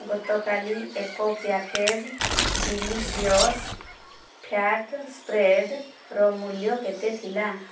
ଗତକାଲି ଏକ package delicious fat ସ୍ପ୍ରେଡ୍ର ମୂଲ୍ୟ କେତେ ଥିଲା